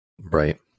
Right